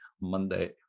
Monday